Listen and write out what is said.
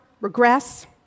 regress